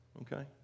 okay